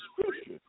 scripture